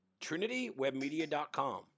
trinitywebmedia.com